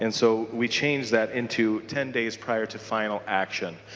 and so we change that into ten days prior to final action.